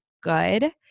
good